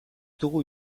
dugu